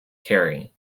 carey